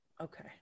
Okay